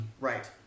Right